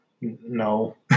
no